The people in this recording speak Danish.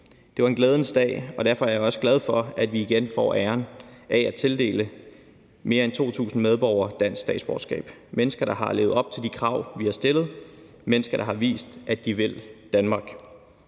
Det var en glædens dag, og derfor er jeg også glad for, at vi igen får æren af at tildele mere end 2.000 medborgere dansk statsborgerskab – mennesker, der har levet op til de krav, vi har stillet, mennesker, der har vist, at de vil Danmark.